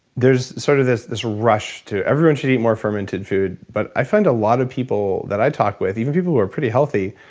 there's sort of this this rush to. everyone should eat more fermented food. but i find a lot of people i talk with, even people who are pretty healthy,